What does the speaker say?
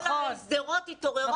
שדרות התעוררה.